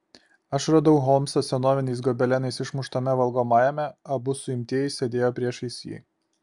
aš radau holmsą senoviniais gobelenais išmuštame valgomajame abu suimtieji sėdėjo priešais jį